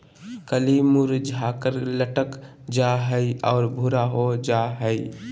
कली मुरझाकर लटक जा हइ और भूरा हो जा हइ